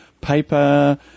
paper